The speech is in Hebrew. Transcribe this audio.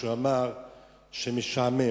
שאמר שמשעמם.